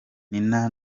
nina